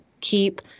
keep